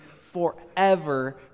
forever